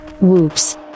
whoops